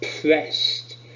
pressed